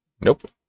Nope